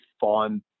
fun